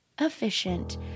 efficient